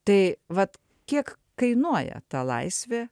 tai vat kiek kainuoja ta laisvė